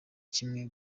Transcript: kimwe